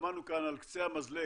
שמענו כאן על קצה המזלג